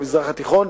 במזרח התיכון,